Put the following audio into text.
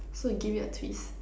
so you give it a twist